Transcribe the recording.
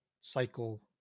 cycle